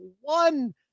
one